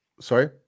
Sorry